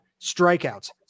strikeouts